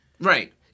Right